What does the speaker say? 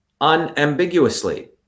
unambiguously